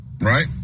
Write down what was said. Right